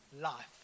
life